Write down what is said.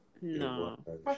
No